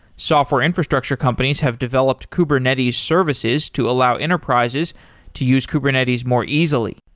software infrastructure companies have developed kubernetes services to allow enterprises to use kubernetes more easily.